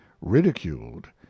ridiculed